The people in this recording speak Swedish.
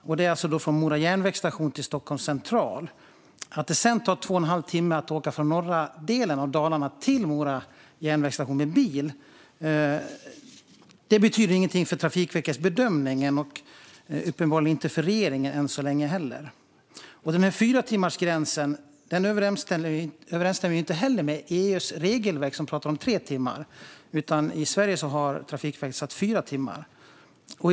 Detta är alltså från Mora järnvägsstation till Stockholms central. Att det sedan tar två och en halv timme att åka från norra delen av Dalarna till Mora järnvägsstation med bil betyder ingenting för Trafikverkets bedömning och uppenbarligen inte för regeringen heller än så länge. Fyratimmarsgränsen överensstämmer inte heller med EU:s regelverk, som talar om tre timmar. Men i Sverige har Trafikverket satt fyra timmar som gräns.